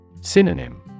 Synonym